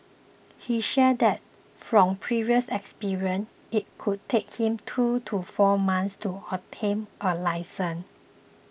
he shared that from previous experience it could take him two to four months to obtain a licence